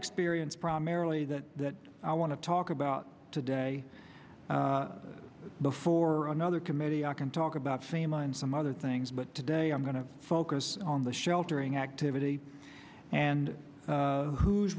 experience primarily that that i want to talk about today before another committee i can talk about fame and some other things but today i'm going to focus on the sheltering activity and who's